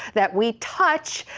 that we touch,